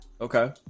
Okay